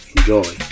Enjoy